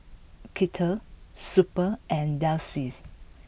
Kettle Super and Delsey